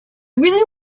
really